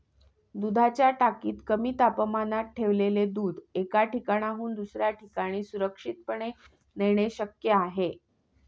दुधाच्या टाकीत कमी तापमानात ठेवलेले दूध एका ठिकाणाहून दुसऱ्या ठिकाणी सुरक्षितपणे नेणे शक्य आहे